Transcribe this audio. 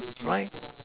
right